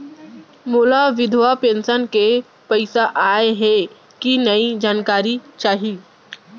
मोला विधवा पेंशन के पइसा आय हे कि नई जानकारी चाही?